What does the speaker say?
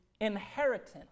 inheritance